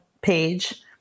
page